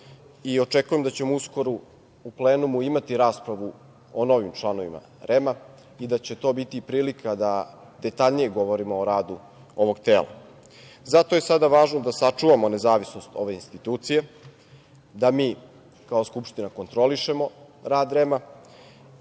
i očekujem da ćemo uskoro u plenumu imati raspravu o novim članovima REM-a i da će to biti prilika da detaljnije govorimo o radu ovog tela. Zato je važno da sačuvamo nezavisnost ove institucije, da mi kao Skupština kontrolišemo rad REM-a,